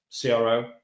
CRO